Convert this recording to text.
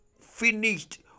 finished